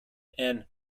and